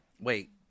Wait